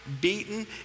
beaten